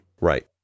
Right